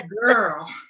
girl